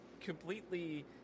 Completely